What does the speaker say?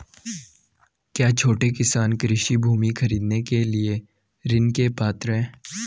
क्या छोटे किसान कृषि भूमि खरीदने के लिए ऋण के पात्र हैं?